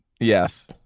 Yes